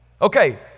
Okay